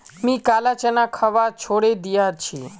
मी काला चना खवा छोड़े दिया छी